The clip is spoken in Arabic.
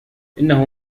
إنه